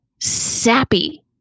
sappy